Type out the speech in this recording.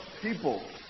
people